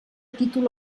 títol